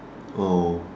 oh